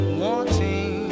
wanting